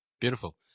beautiful